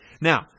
Now